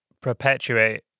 perpetuate